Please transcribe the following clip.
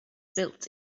built